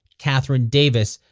katherine davis.